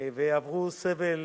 ועברו סבל